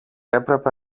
έπρεπε